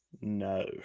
No